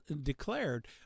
declared